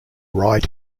right